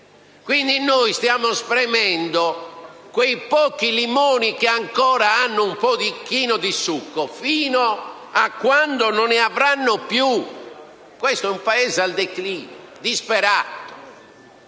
quindi spremendo quei pochi limoni che ancora hanno un pochino di succo fino a quando non ne avranno più. Questo è un Paese al declino; è disperato.